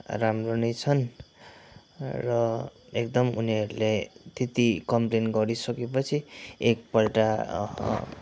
राम्रो नै छन् र एकदम उनीहरूले त्यति कम्प्लेन गरिसकेपछि एकपल्ट